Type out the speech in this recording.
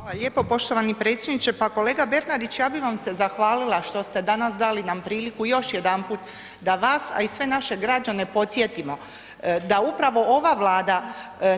Hvala lijepa poštovani predsjedniče, pa kolega Bernardić ja bi vam se zahvalila što ste danas dali nam priliku još jedanput da vas, a i sve naše građane podsjetimo da upravo ova Vlada,